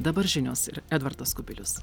dabar žinios ir edvardas kubilius